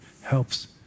helps